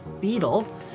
Beetle